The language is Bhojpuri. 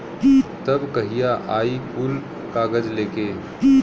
तब कहिया आई कुल कागज़ लेके?